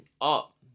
Up